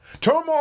turmoil